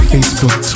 Facebook